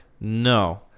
No